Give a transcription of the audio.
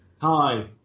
Hi